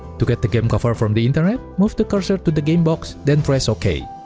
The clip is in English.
to get the game cover from the internet, move the cursor to the game box then press ok